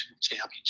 championship